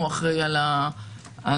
הוא אחראי על השב"ס,